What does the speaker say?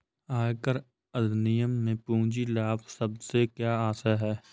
आयकर अधिनियम में पूंजी लाभ शब्द से क्या आशय है?